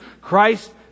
Christ